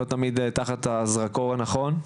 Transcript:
לא תמיד תחת הזרקור הנכון.